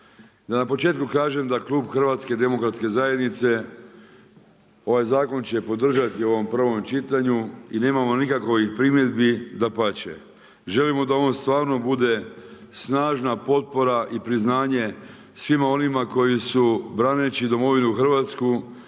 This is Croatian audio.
Da na početku kažem da Klub HDZ-a ovaj zakon će podržati u ovom prvom čitanju i nemamo nikakvih primjedbi, dapače. Želimo da on stvarno bude snažna potpora i priznanje svima onima koji su braneći Domovinu Hrvatsku